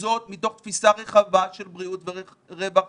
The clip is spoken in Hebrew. וזה מתוך תפיסה רווחה של בריאות ורווחה.